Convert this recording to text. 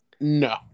No